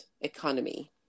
economy